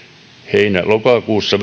heinä lokakuussa